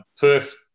Perth